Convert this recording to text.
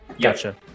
Gotcha